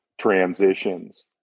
transitions